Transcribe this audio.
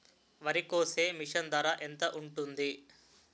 వరి కోసే మిషన్ ధర ఎంత ఉంటుంది?